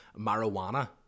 marijuana